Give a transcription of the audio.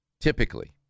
typically